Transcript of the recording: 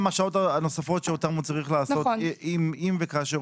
השעות הנוספות שאותן הוא צריך לעשות אם וכאשר